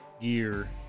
Gear